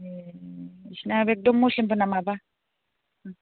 ए बिसोरना एकदम मुस्लिमफोरना माबा